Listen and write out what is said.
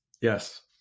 Yes